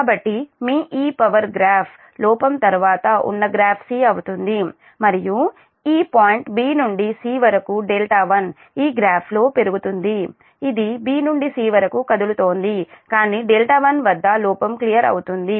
కాబట్టి మీ ఈ పవర్ గ్రాఫ్ లోపం తర్వాత ఉన్న గ్రాఫ్ సి అవుతుంది మరియు ఈ δ పాయింట్ 'b' నుండి 'c' వరకు δ1 ఈ గ్రాఫ్ లో పెరుగుతుంది ఇది 'b' నుండి 'c' వరకు కదులుతోంది కానీ δ1 వద్ద లోపం క్లియర్ అవుతుంది